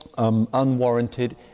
Unwarranted